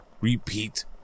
repeat